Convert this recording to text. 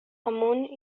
amunt